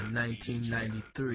1993